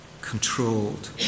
controlled